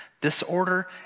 Disorder